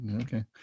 Okay